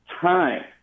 time